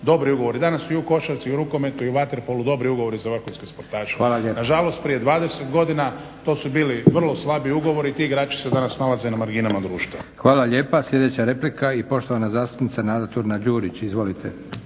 dobri ugovori. Danas svi u košarci i u rukometu i u vaterpolu dobri ugovori za vrhunske sportaše. Nažalost prije 20 godina to su bili vrlo slabi ugovori ti igrači se danas nalaze na marginama društva. **Leko, Josip (SDP)** Hvala lijepa. Sljedeća replika i poštovana zastupnica Nada Turina Đurić. Izvolite.